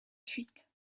fuite